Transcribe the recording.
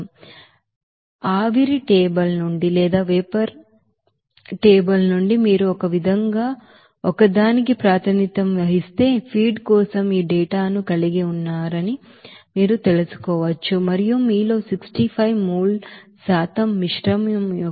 కాబట్టి ఆవిరి టేబుల్ నుండి మీరు ఒకదానిగా ప్రాతినిధ్యం వహిస్తే ఫీడ్ కోసం ఈ డేటా ను కలిగి ఉన్నారని మీరు తెలుసుకోవచ్చు మరియు మీలో 65 మోల్ శాతం మిశ్రమం యొక్క 67